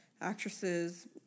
actresses